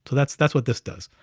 that's that's what this does.